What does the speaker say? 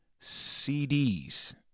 cds